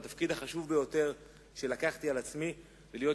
התפקיד החשוב ביותר שקיבלתי על עצמי הוא להיות